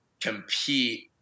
compete